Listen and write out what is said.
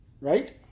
Right